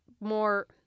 more